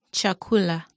Chakula